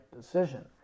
decision